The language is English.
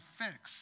fix